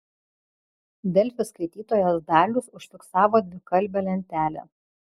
delfi skaitytojas dalius užfiksavo dvikalbę lentelę